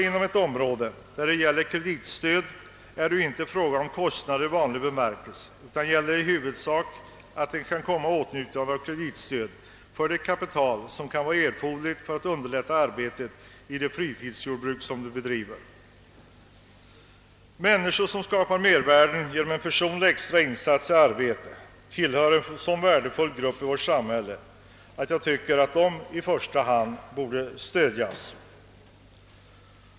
Det är ju här inte fråga om kostnader för samhället i vanlig bemärkelse utan om kreditgarantier för det kapital som kan vara erforderligt för att underlätta arbetet i det fritidsjordbruk de bedriver. Människor som skapar mervärden genom en extra personlig insats i arbetet är en så värdefull grupp i vårt samhälle, att de i första hand borde stödjas.